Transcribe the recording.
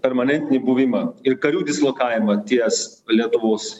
permanentinį buvimą ir karių dislokavimą ties lietuvos